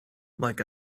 like